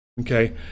Okay